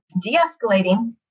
de-escalating